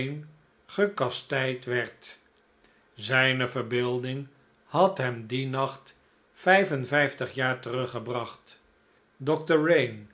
gekastijd werd zijn verbeelding had hem dien nacht vijf en vijftig jaar terug